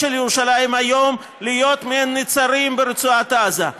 של ירושלים היום להיות מעין נצרים ברצועת עזה.